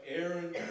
Aaron